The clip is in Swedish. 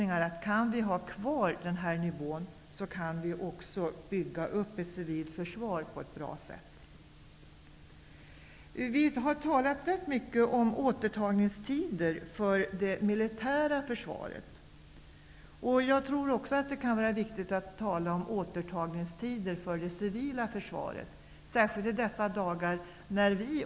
Om vi kan behålla nuvarande nivå kan vi också bygga upp ett bra civilt försvar. Det har talats rätt mycket om återtagningstider för det militära försvaret. Jag tror att det också kan vara viktigt att tala om återtagningstider för det civila försvaret. Det gäller särskilt i dessa dagar.